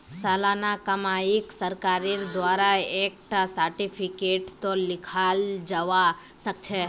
सालाना कमाईक सरकारेर द्वारा एक टा सार्टिफिकेटतों लिखाल जावा सखछे